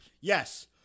Yes